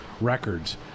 records